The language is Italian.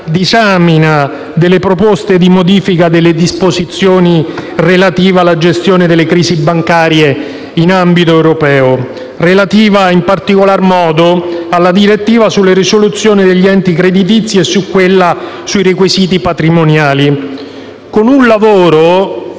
disamina delle proposte di modifica delle disposizioni relative alla gestione delle crisi bancarie in ambito europeo relativa, in particolar modo, alla direttiva sulle risoluzioni degli enti creditizi e su quella sui requisiti patrimoniali. Ciò avviene